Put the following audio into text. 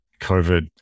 COVID